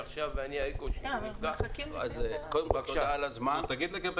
אולי תגיד מילה לגבי